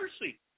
mercy